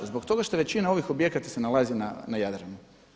Zbog toga što većina ovih objekata se nalazi na Jadranu.